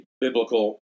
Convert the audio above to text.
biblical